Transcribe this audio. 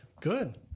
Good